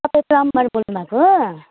तपाईँ प्लम्बर बोल्नु भएको